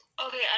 Okay